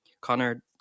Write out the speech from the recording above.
Connor